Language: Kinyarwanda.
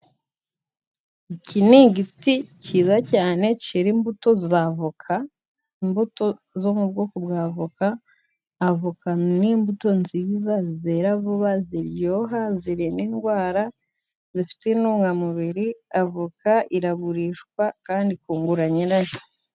Iki ni igiti cyiza cyane cyera imbuto z'avoka. Imbuto zo mu bwoko bwa avoka ni imbuto nziza zera vuba, ziryoha zirinda indwara. Zifite intungamubiri avoka iragurishwa kandi ikungura nyirayo.